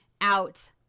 out